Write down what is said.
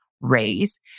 raise